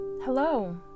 Hello